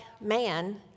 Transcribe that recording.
man